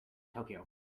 tokyo